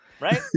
right